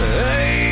hey